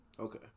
Okay